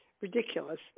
ridiculous